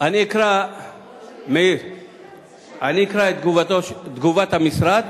אני אקרא את תגובת המשרד,